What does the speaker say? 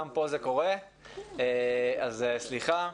גם פה זה קורה, אז סליחה.